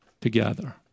together